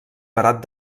barat